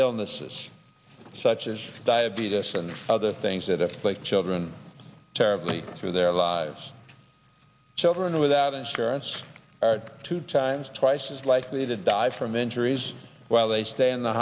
illnesses such as diabetes and other things that afflict children terribly through their lives children without insurance are two times twice as likely to die from injuries while they stay in the